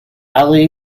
ali